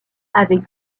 avec